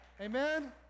Amen